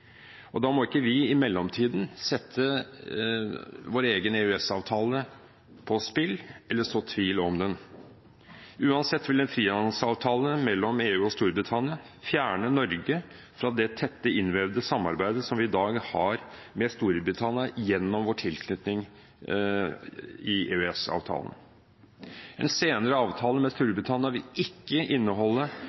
Da må ikke vi i mellomtiden sette vår egen EØS-avtale på spill eller så tvil om den. Uansett vil en frihandelsavtale mellom EU og Storbritannia fjerne Norge fra det tette, innvevde samarbeidet vi i dag har med Storbritannia gjennom vår tilknytning til EØS-avtalen. En senere avtale med Storbritannia vil ikke inneholde